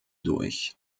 durch